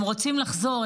הם רוצים לחזור.